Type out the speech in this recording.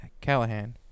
Callahan